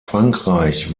frankreich